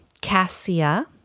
cassia